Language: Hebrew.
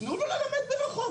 תנו לו ללמד מרחוק.